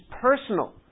personal